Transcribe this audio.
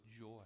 joy